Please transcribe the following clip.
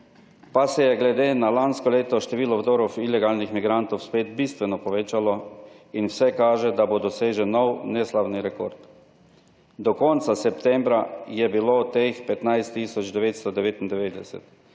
pa se je glede na lansko leto število vdorov ilegalnih migrantov spet bistveno povečalo in vse kaže, da bo dosežen nov neslavni rekord. Do konca septembra je bilo teh 15